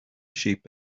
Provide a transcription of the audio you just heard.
sheep